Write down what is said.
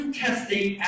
testing